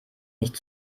nicht